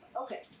Okay